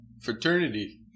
fraternity